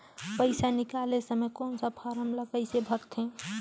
पइसा निकाले समय कौन सा फारम ला कइसे भरते?